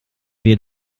wir